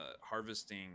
harvesting